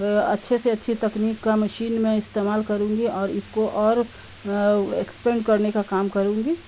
اچھے سے اچھی تکنیک کا مشین میں استعمال کروں گی اور اس کو اور ایکسپینڈ کرنے کا کام کروں گی